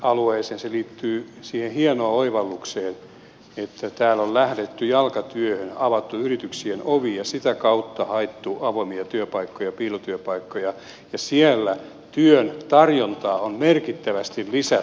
se liittyy siihen hienoon oivallukseen että siellä on lähdetty jalkatyöhön avattu yrityksien ovia ja sitä kautta haettu avoimia työpaikkoja piilotyöpaikkoja ja siellä työn tarjontaa on merkittävästi lisätty